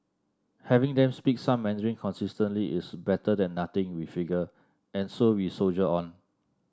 having them speak some Mandarin consistently is better than nothing we figure and so we soldier on